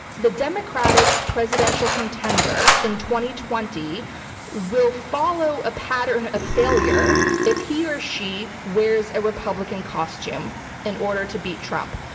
the democratic presidential contender in twenty twenty will follow a pattern of failure if he or she wears a republican costume in order to beat trump.